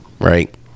right